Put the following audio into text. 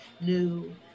new